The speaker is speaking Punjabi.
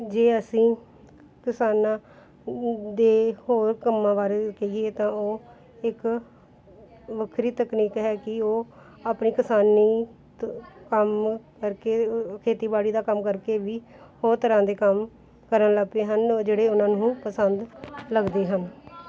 ਜੇ ਅਸੀਂ ਕਿਸਾਨਾਂ ਦੇ ਹੋਰ ਕੰਮਾਂ ਬਾਰੇ ਕਹੀਏ ਤਾਂ ਉਹ ਇੱਕ ਵੱਖਰੀ ਤਕਨੀਕ ਹੈ ਕਿ ਉਹ ਆਪਣੀ ਕਿਸਾਨੀ ਕੰਮ ਕਰਕੇ ਖੇਤੀਬਾੜੀ ਦਾ ਕੰਮ ਕਰਕੇ ਵੀ ਬਹੁਤ ਤਰ੍ਹਾਂ ਦੇ ਕੰਮ ਕਰਨ ਲੱਗ ਪਏ ਹਨ ਜਿਹੜੇ ਉਹਨਾਂ ਨੂੰ ਪਸੰਦ ਲੱਗਦੇ ਹਨ